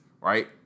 right